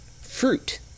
fruit